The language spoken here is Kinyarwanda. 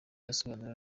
asobanura